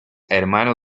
hermano